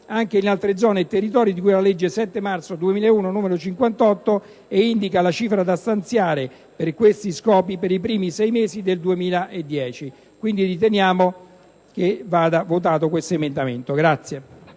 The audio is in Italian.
anche in altre zone e territori di cui alla legge 7 marzo 2001, n. 58, indicando la cifra da stanziare per questi scopi per i primi sei mesi del 2010. Riteniamo che questo emendamento vada